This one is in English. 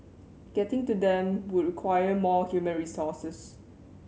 getting to them would require more human resources